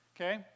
Okay